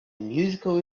musical